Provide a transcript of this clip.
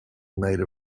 made